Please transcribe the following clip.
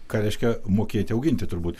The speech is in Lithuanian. ką reiškia mokėti auginti turbūt